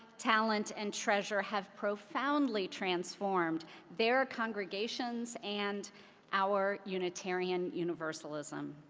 talented, and treasure have pronouncedly transformed their congregations and our unitarian universalism.